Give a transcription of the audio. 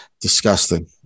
Disgusting